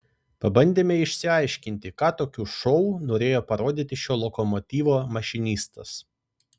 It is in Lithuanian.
pabandėme išsiaiškinti ką tokiu šou norėjo parodyti šio lokomotyvo mašinistas